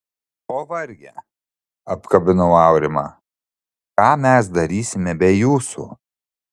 o varge apkabinau aurimą ką mes darysime be jūsų